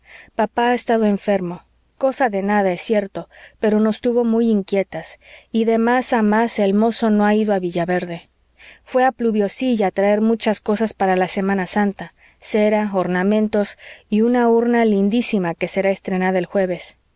papá ha estado enfermo cosa de nada es cierto pero nos tuvo muy inquietas y de más a más el mozo no ha ido a villaverde fué a pluviosilla a traer muchas cosas para la semana santa cera ornamentos y una urna lindísima que será estrenada el jueves